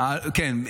כן.